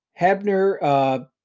Hebner